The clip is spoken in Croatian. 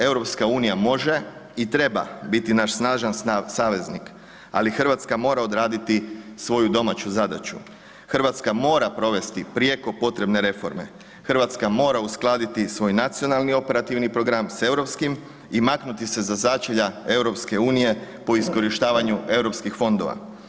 EU može i treba biti naš snažan saveznik, ali RH mora odraditi svoju domaću zadaću, RH mora provesti prijeko potrebne reforme, RH mora uskladiti svoj nacionalni operativni program s europskim i maknuti se sa začelja EU po iskorištavanju Europskih fondova.